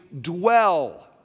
dwell